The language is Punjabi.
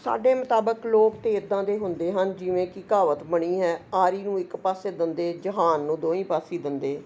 ਸਾਡੇ ਮੁਤਾਬਿਕ ਲੋਕ ਤਾਂ ਇੱਦਾਂ ਦੇ ਹੁੰਦੇ ਹਨ ਜਿਵੇਂ ਕਿ ਕਹਾਵਤ ਬਣੀ ਹੈ ਆਰੀ ਨੂੰ ਇੱਕ ਪਾਸੇ ਦੰਦੇ ਜਹਾਨ ਨੂੰ ਦੋਹਾਂ ਪਾਸੇ ਦੰਦੇ